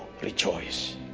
rejoice